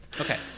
Okay